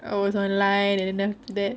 I was online and then after that